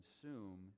consume